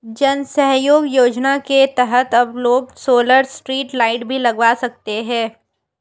जन सहयोग योजना के तहत अब लोग सोलर स्ट्रीट लाइट भी लगवा सकते हैं